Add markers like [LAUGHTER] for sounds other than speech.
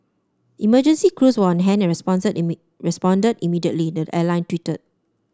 emergency crews were on hand and responded [UNINTELLIGIBLE] responded immediately the airline tweeted